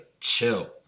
chill